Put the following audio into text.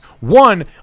One